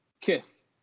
Kiss